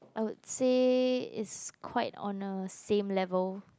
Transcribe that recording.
I would is quite on a same level